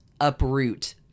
Uproot